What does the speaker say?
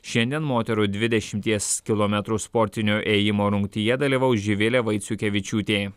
šiandien moterų dvidešimties kilometrų sportinio ėjimo rungtyje dalyvaus živilė vaiciukevičiūtė